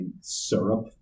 syrup